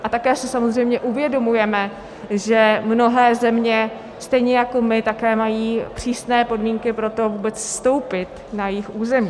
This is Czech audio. A také si samozřejmě uvědomujeme, že mnohé země stejně jako my také mají přísné podmínky pro to vůbec vstoupit na jejich území.